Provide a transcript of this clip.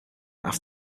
after